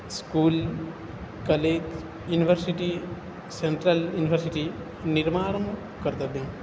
school college university central university निर्माणम् कर्तव्यम्